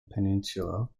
peninsula